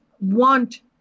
want